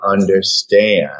understand